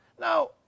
Now